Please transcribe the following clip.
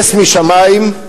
נס משמים,